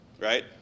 right